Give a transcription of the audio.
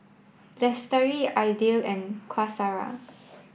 Lestari Aidil and Qaisara